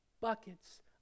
buckets